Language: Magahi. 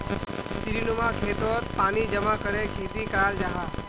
सीढ़ीनुमा खेतोत पानी जमा करे खेती कराल जाहा